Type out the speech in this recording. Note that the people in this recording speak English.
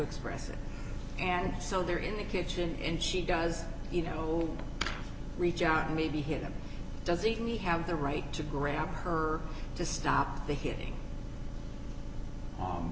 express it and so they're in the kitchen and she does you know reach out and maybe him does he have the right to grab her to stop the hitting